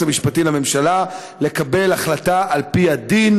המשפטי לממשלה לקבל החלטה על פי הדין,